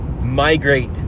migrate